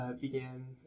began